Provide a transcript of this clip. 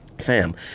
fam